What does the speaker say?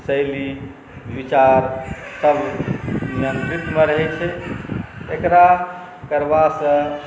शैली विचारसब नियन्त्रितमे रहै छै एकरा करलासँ